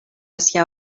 hacia